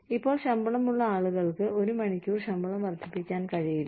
ഇപ്പോൾ ശമ്പളമുള്ള ആളുകൾക്ക് ഒരു മണിക്കൂർ ശമ്പളം വർദ്ധിപ്പിക്കാൻ കഴിയില്ല